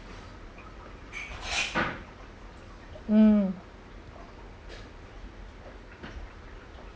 mm